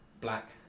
Black